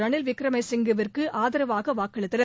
ரனில் விக்ரமசிங்கேவுக்கு ஆதரவாக வாக்களித்தன